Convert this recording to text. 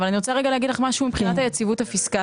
אבל אני רוצה רגע להגיד לך משהו מבחינת היציבות הפיסקלית.